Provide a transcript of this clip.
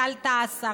טל תעסה,